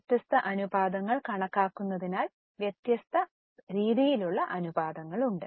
വ്യത്യസ്ത അനുപാതങ്ങൾ കണക്കാക്കുന്നതിനാൽ വ്യത്യസ്ത അനുപാതങ്ങളുണ്ട്